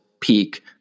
peak